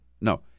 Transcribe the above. No